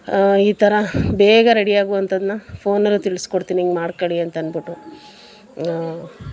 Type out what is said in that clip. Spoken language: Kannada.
ಈ ಥರ ಬೇಗ ರೆಡಿ ಆಗುವಂಥದ್ದನ್ನ ಫೋನಲ್ಲು ತಿಳಿಸ್ಕೊಡ್ತೀನಿ ಹಿಂಗೆ ಮಾಡ್ಕೊಳ್ಳಿ ಅಂತಂದ್ಬಿಟ್ಟು